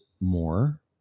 more